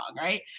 right